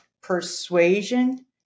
persuasion